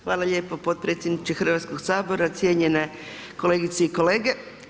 Hvala lijepo potpredsjedniče Hrvatskoga sabora, cijenjene kolegice i kolege.